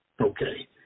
Okay